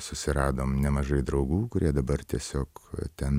susiradom nemažai draugų kurie dabar tiesiog ten